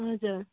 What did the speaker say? हजुर